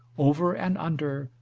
over and under,